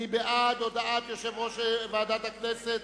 מי בעד הודעת יושב-ראש ועדת הכנסת?